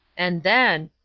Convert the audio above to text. and then!